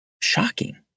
shocking